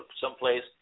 someplace